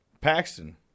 Paxton